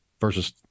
versus